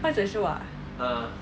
what is the show ah